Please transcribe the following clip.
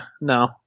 no